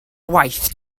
waith